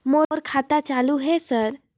मोर खाता चालु हे सर?